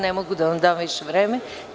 Ne mogu da vam dam više vreme.